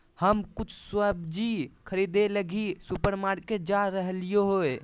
हम कुछ सब्जि खरीदे लगी सुपरमार्केट जा रहलियो हें